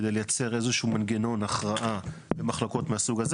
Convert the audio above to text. כדי לייצר איזשהו מנגנון הכרעה במחלוקות מהסוג הזה.